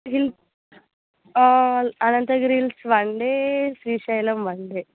hills Ananthagiri hills one day Srisailam one day